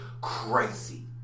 crazy